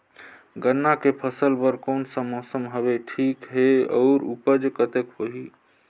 गन्ना के फसल बर कोन सा मौसम हवे ठीक हे अउर ऊपज कतेक होही?